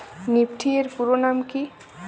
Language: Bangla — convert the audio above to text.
নিফটি এর পুরোনাম কী?